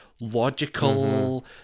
logical